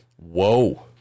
whoa